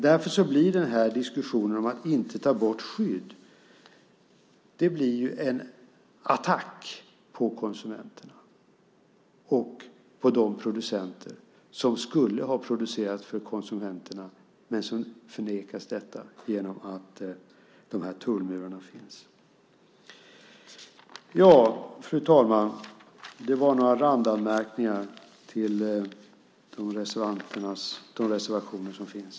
Därför blir diskussionen om att inte ta bort skydd en attack på konsumenterna och på de producenter som skulle ha producerat för konsumenterna men som förnekas detta genom att de här tullmurarna finns. Fru talman! Det var några randanmärkningar till de reservationer som finns.